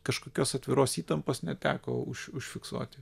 kažkokios atviros įtampos neteko už užfiksuoti